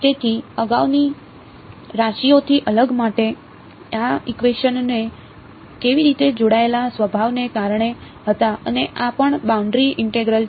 તેથી અગાઉના રાશિઓથી અલગ માટે આ ઇકવેશન કેવી રીતે જોડાયેલા સ્વભાવને કારણે હતા અને આ પણ બાઉન્ડરી ઇન્ટેગ્રલ છે